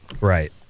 right